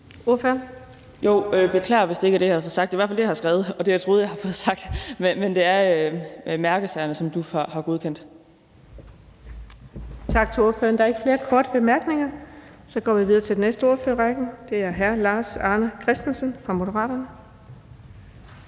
(LA): Jo, beklager, hvis det ikke er det, jeg har fået sagt. Det er i hvert fald det, jeg har skrevet, og det, jeg troede jeg havde fået sagt. Men det er mærkesagerne, som DUF har godkendt. Kl. 10:41 Den fg. formand (Birgitte Vind): Tak til ordføreren. Der er ikke flere korte bemærkninger. Vi går videre til den næste ordfører i rækken, hr. Lars Arne Christensen fra Moderaterne.